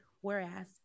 whereas